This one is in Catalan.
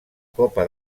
copa